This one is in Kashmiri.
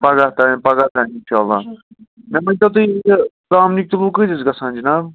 پگاہ تام پگاہ تام اِنشاء اللہ مےٚ ؤنۍتو تُہۍ یہِ ژامنہِ کِلوٗ کۭتِس گژھان جناب